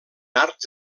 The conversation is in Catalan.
arts